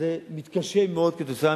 מתקשים מאוד כתוצאה